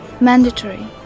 mandatory